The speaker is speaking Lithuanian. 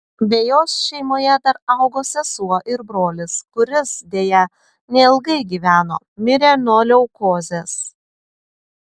be jos šeimoje dar augo sesuo ir brolis kuris deja neilgai gyveno mirė nuo leukozės